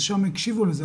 שם הקשיבו לזה.